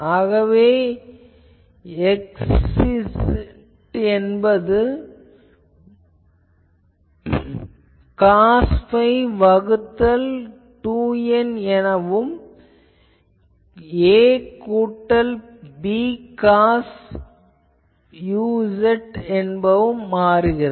ஆகவே xz என்பதன் மதிப்பு காஸ் பை வகுத்தல் 2N என்பது a கூட்டல் b காஸ் uz ஆகும்